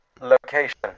Location